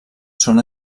són